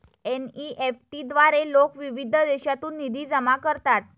NEFT द्वारे लोक विविध देशांतून निधी जमा करतात